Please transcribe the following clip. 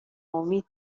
امید